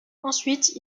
ensuite